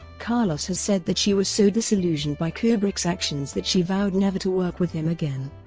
carlos has said that she was so disillusioned by kubrick's actions that she vowed never to work with him again.